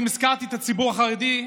אם הזכרתי את הציבור החרדי,